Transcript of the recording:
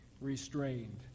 restrained